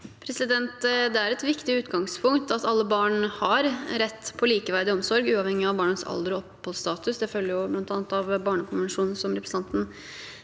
Det er et viktig ut- gangspunkt at alle barn har rett på likeverdig omsorg, uavhengig av barnets alder og status – det følger bl.a. av barnekonvensjonen, som representanten